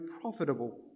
profitable